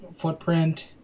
footprint